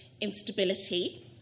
instability